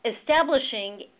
Establishing